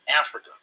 Africa